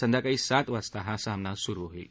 संध्याकाळी सात वाजता हा सामना सुरू होईल